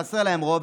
חסר להם רוב,